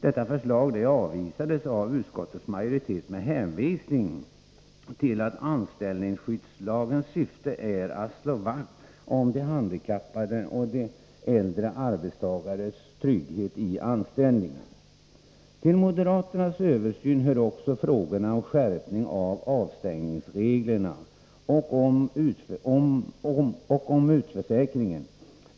Detta förslag avvisades av utskottets majoritet med hänvisning till att anställningsskyddslagens syfte är att slå vakt om de handikappade och de äldre arbetstagarnas trygghet i anställningen. Till den av moderaterna önskade översynen hör också frågorna om skärpning av avstängningsreglerna och om utförsäkringen.